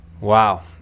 Wow